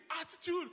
attitude